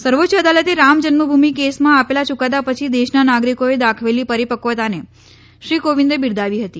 સર્વોચ્ય અદાલતે રામ જન્મભૂમિ કેસમાં આપેલા યુકાદા પછી દેશના નાગરિકોએ દાખવેલી પરિપક્વતાને શ્રી કોવિંદે બિરદાવી હતી